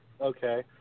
Okay